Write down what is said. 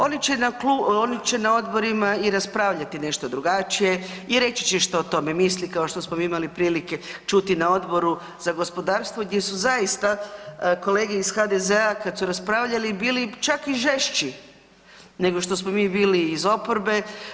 Oni će na odborima i raspravljati nešto drugačije i reći će što o tome misli, kao što smo mi imali prilike čuti na Odboru za gospodarstvo gdje su zaista kolege iz HDZ-a kad su raspravljali, bili čak i žešći nego što smo mi bili iz oporbe.